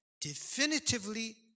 definitively